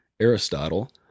Aristotle